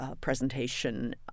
Presentation